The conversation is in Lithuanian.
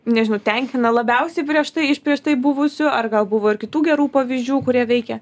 nežinau tenkina labiausiai prieš tai iš prieš tai buvusių ar gal buvo ir kitų gerų pavyzdžių kurie veikė